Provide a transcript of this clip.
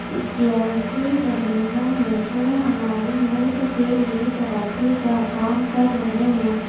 سیاسی رہنما ہیں جو ہمارے ملک کے لیے ترقی کا کام کر رہے ہیں